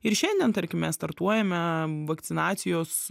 ir šiandien tarkime startuojame vakcinacijos